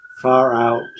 far-out